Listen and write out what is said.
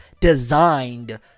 designed